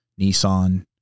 Nissan